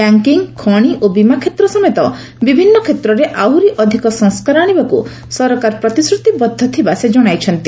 banking ଖଣି ଓ ବୀମା କ୍ଷେତ୍ର ସମେତ ବିଭିନ୍ନ କ୍ଷେତ୍ରରେ ଆହୁରି ଅଧିକ ସଂସ୍କାର ଆଶିବାକୁ ସରକାର ପ୍ରତିଶ୍ରତିବଦ୍ଧ ଥିବାର ସେ ଜଣାଇଛନ୍ତି